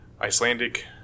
Icelandic